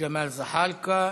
ג'מאל זחאלקה,